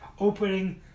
opening